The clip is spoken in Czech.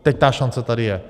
Teď ta šance tady je.